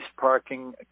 parking